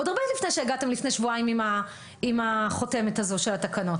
עוד הרבה לפני שהגעתם לפני שבועיים עם החותמת הזו של התקנות,